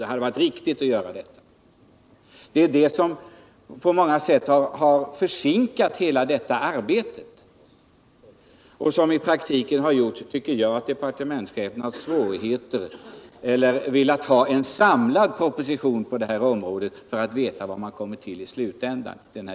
Det hade varit riktigt att göra detta. Arbetet har nu på många sätt försenats. Departementschefen har velat ha en samlad proposition på detta område för att veta vad det blir till slut.